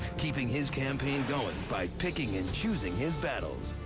keeping his campaign going by picking and choosing his battles.